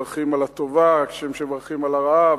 מברכים על הטובה כשם שמברכים על הרעה,